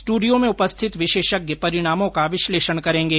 स्ट्रंडियो में उपस्थित विशेषज्ञ परिणामों का विश्लेषण करेंगे